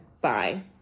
Bye